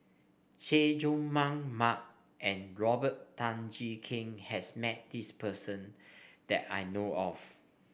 Chay Jung Jun Mark and Robert Tan Jee Keng has met this person that I know of